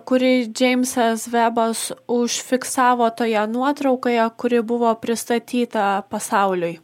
kurį džeimsas vebas užfiksavo toje nuotraukoje kuri buvo pristatyta pasauliui